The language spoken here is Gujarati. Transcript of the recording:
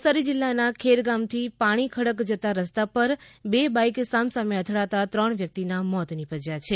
નવસારી જીલ્લાના ખેરગામથી પાણીખડક જતા રસ્તા પર બે બાઇક સામસામે અથડાતા ત્રણ વ્યકિતના મોત નિપજયા છે